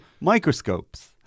microscopes